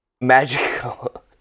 Magical